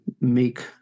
make